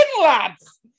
lads